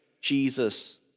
Jesus